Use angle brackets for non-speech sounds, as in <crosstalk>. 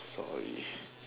sorry <breath>